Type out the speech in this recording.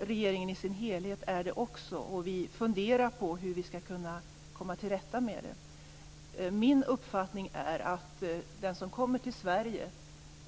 Regeringen i sin helhet är det också. Vi funderar på hur vi ska kunna komma till rätta med det. Min uppfattning är att den som kommer till Sverige